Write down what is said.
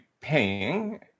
paying